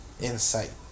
Insight